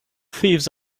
thieves